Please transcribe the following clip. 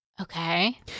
Okay